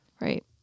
right